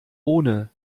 ohne